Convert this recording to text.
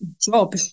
job